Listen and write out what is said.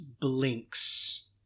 blinks